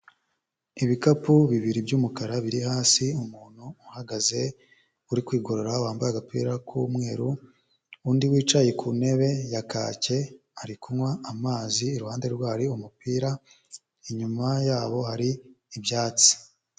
Ibikapu bibiri by'umukara biri hasi, umuntu uhagaze uri kwigorora wambaye agapira k'umweru, undi wicaye ku ntebe ya kake ari kunywa amazi iruhande rwe hari umupira, inyuma yabo hari ibyatsi.